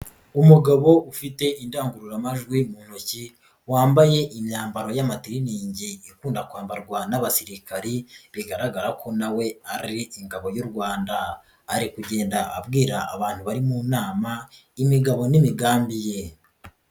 Umugabo ufite indangururamajwi mu ntoki, wambaye imyambaro y'amatiriningi ikunda kwambarwa n'abasirikari, bigaragara ko na we ari ingabo y'u Rwanda, ari kugenda abwira abantu bari mu nama, imigabo n'imigambi ye.